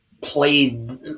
played